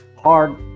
hard